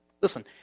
Listen